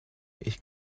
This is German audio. ich